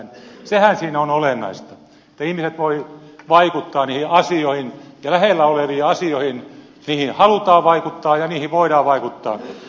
sehän siinä on olennaista että ihmiset voivat vaikuttaa niihin asioihin ja lähellä oleviin asioihin halutaan vaikuttaa ja niihin voidaan vaikuttaa